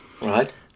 Right